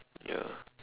ya